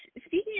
speaking